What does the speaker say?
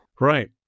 Right